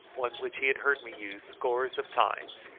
one which he had heard me use scores of times,